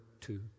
two